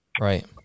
Right